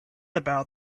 about